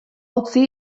utzi